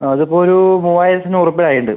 അത് ഇപ്പോൾ ഒരു മൂവായിരത്തഞ്ഞൂറ് രൂപ ആയിട്ടുണ്ട്